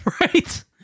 Right